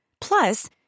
Plus